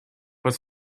was